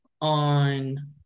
on